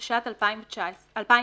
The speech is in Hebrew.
התשע"ח-2018.